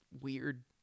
weird